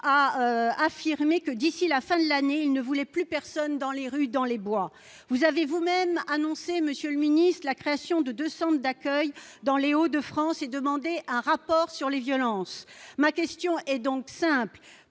a affirmé que, d'ici la fin de l'année, il ne voulait plus personne dans les rues, dans les bois, vous avez vous-même annoncé, Monsieur le Ministre, la création de 200 d'accueil dans les routes de France et demandé un rapport sur les violences, ma question est donc simple